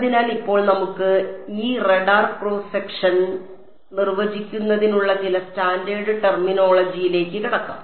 അതിനാൽ ഇപ്പോൾ നമുക്ക് ഈ റഡാർ ക്രോസ് സെക്ഷൻ നിർവചിക്കുന്നതിനുള്ള ചില സ്റ്റാൻഡേർഡ് ടെർമിനോളജി യിലേക്ക് കടക്കാം